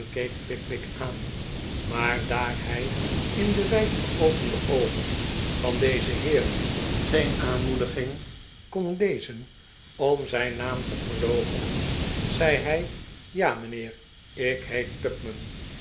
keek pickwick aan t maar daar hij in de wijd geopende oogen van dezen heer geen aanmoediging kon lezen om zijn naam te verloochenen zei hij ja mijnheer ik heet tupman